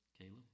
Caleb